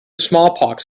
smallpox